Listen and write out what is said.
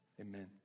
Amen